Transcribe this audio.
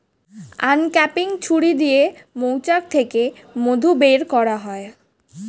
uncapping ছুরি দিয়ে মৌচাক থেকে মধু বের করা হয়